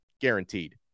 guaranteed